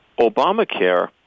Obamacare